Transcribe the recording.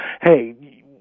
Hey